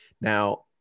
Now